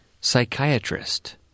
psychiatrist